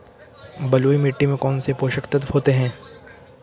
बलुई मिट्टी में कौनसे पोषक तत्व होते हैं?